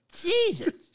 Jesus